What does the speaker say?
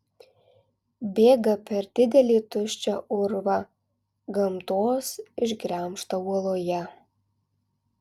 bėga per didelį tuščią urvą gamtos išgremžtą uoloje